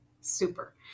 super